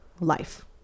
life